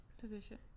position